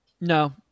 No